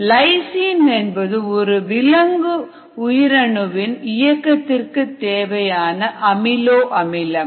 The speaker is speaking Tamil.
லைசின் என்பது ஒரு விலங்கு உயிரணுவின் இயக்கத்திற்கு தேவையான அமினோ அமிலம்